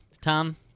Tom